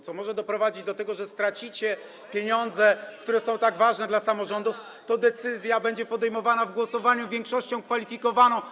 co może doprowadzić do tego, że stracicie pieniądze, które są tak ważne dla samorządów, to decyzja będzie podejmowana w głosowaniu większością kwalifikowaną.